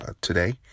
today